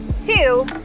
two